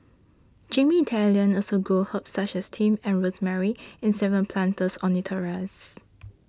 Jamie's Italian also grows herbs such as thyme and rosemary in seven planters on its terrace